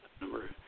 Number